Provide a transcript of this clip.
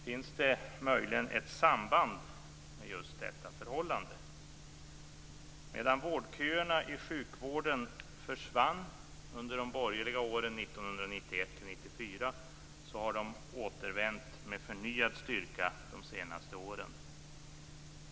Finns det möjligen ett samband med just detta förhållande? Medan vårdköerna i sjukvården försvann under de borgerliga åren 1991-1994 har de återvänt med förnyad styrka under de senaste åren.